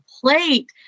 plate